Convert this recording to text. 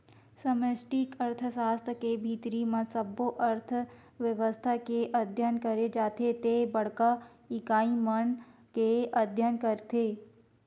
समस्टि अर्थसास्त्र के भीतरी म सब्बो अर्थबेवस्था के अध्ययन करे जाथे ते बड़का इकाई मन के अध्ययन करथे